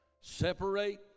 Separate